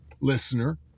listener